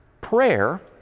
prayer